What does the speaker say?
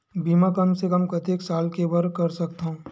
बीमा कम से कम कतेक साल के बर कर सकत हव?